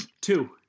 two